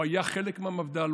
הוא היה חלק מהמפד"ל,